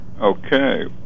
Okay